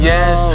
Yes